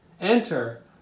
Enter